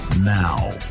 Now